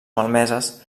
malmeses